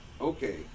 Okay